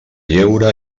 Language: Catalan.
lleure